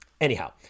anyhow